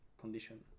condition